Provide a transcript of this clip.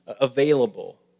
available